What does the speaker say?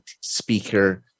speaker